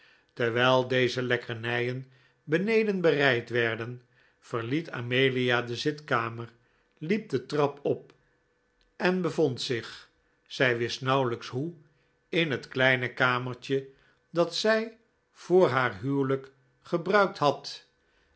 terwijl deze lekkernijen beneden bereid werden verliet amelia de zitkamer liep de trap op en bevond zich zij wist nauwelijks hoe in het kleine kamertje dat zij voor haar huwelijk gebruikt had